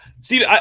Steve